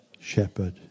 shepherd